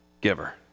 giver